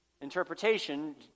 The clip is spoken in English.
interpretation